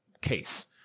case